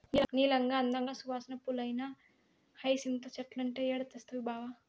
నీలంగా, అందంగా, సువాసన పూలేనా హైసింత చెట్లంటే ఏడ తెస్తవి బావా